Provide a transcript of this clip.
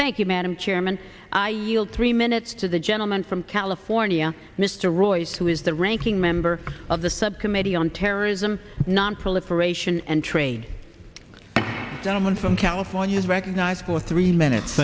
thank you madam chairman i yield three minutes to the gentleman from california mr royce who is the ranking member of the subcommittee on terrorism nonproliferation and trade someone from california as recognizable of three minutes